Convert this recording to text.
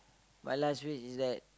my last wish is that